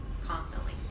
constantly